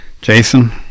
Jason